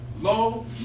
low